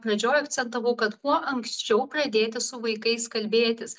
pradžioj akcentavau kad kuo anksčiau pradėti su vaikais kalbėtis